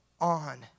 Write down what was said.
on